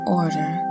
order